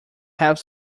have